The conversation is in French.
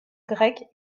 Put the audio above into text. grecque